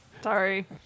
sorry